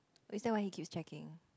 is that why he keeps checking